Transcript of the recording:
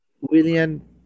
William